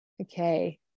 Okay